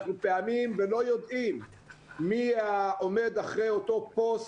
פעמים אנחנו לא יודעים מי שעומד מאחורי אותו פוסט,